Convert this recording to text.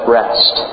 rest